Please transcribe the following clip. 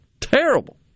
terrible